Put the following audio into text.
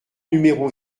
numéro